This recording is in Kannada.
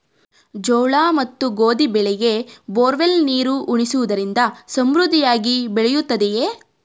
ಜೋಳ ಮತ್ತು ಗೋಧಿ ಬೆಳೆಗೆ ಬೋರ್ವೆಲ್ ನೀರು ಉಣಿಸುವುದರಿಂದ ಸಮೃದ್ಧಿಯಾಗಿ ಬೆಳೆಯುತ್ತದೆಯೇ?